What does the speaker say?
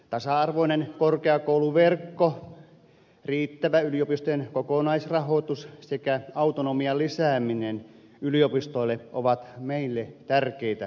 tasa arvoinen korkeakouluverkko riittävä yliopistojen kokonaisrahoitus sekä autonomian lisääminen yliopistoille ovat meille tärkeitä asioita